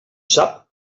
sap